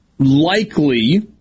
likely